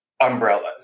umbrellas